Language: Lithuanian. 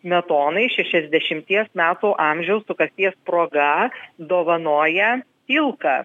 smetonai šešiasdešimties metų amžiaus sukakties proga dovanoja tilka